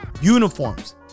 uniforms